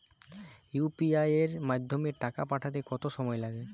UPI এর মাধ্যমে টাকা পাঠাতে কত সময় লাগে?